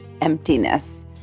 emptiness